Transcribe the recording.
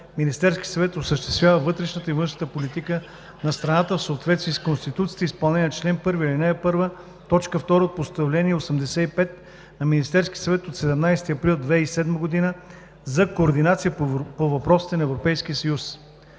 Министерският съвет осъществява вътрешната и външната политика на страната в съответствие с Конституцията и в изпълнение на чл. 1, ал. 1, т. 2 от Постановление № 85 на Министерския съвет от 17 април 2007 г. за координация по въпросите на Европейския съюз.